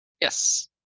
Yes